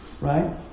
Right